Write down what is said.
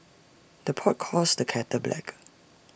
the pot calls the kettle black